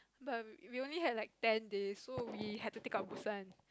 but we only had like ten days so we had to take out Busan